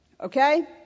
okay